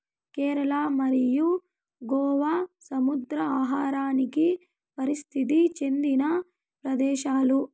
కేరళ మరియు గోవా సముద్ర ఆహారానికి ప్రసిద్ది చెందిన ప్రదేశాలు